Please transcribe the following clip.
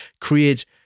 create